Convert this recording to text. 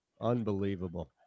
Unbelievable